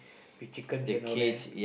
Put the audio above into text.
with chickens and all that